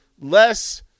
less